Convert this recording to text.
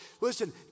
Listen